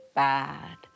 bad